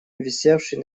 висевший